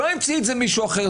לא המציא את זה מישהו אחר.